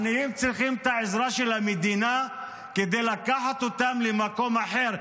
העניים צריכים את העזרה של המדינה כדי לקחת אותם למקום אחר,